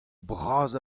bras